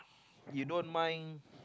you don't mind